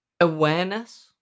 awareness